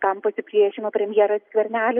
tam pasipriešino premjeras skvernelis